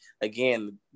again